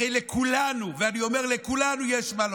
הרי לכולנו, ואני אומר, לכולנו יש מה לומר.